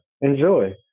enjoy